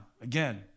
again